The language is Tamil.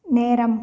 நேரம்